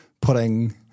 putting